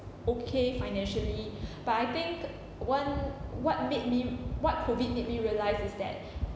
okay financially but I think one what made me what COVID made me realise is that